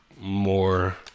more